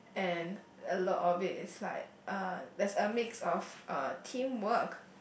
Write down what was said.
and a lot of it is like uh there's a mix of uh team work